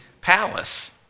palace